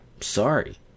sorry